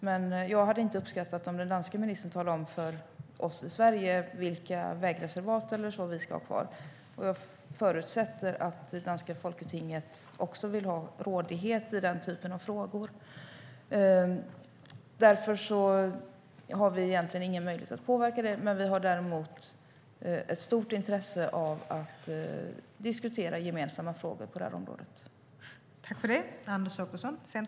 Men jag hade inte uppskattat att den danske ministern talade om för oss i Sverige vilka vägreservat vi ska ha kvar, och jag förutsätter att det danska folketinget vill råda i den typen av frågor. Därför har vi egentligen ingen möjlighet att påverka detta. Vi har däremot ett stort intresse av att diskutera gemensamma frågor på det här området.